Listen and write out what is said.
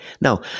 Now